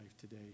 today